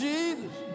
Jesus